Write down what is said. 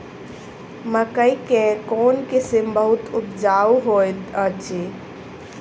मकई केँ कोण किसिम बहुत उपजाउ होए तऽ अछि?